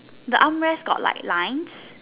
the armrest got like lines